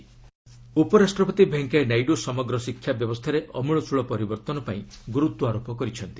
VP education ଉପରାଷ୍ଟ୍ରପତି ଭେଙ୍କିୟା ନାଇଡୁ ସମଗ୍ର ଶିକ୍ଷା ବ୍ୟବସ୍ଥାରେ ଆମ୍ଳଚଳ ପରିବର୍ତ୍ତନ ପାଇଁ ଗୁରୁତ୍ୱ ଆରୋପ କରିଛନ୍ତି